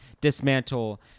dismantle